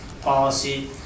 policy